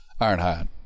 Ironhide